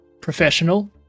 professional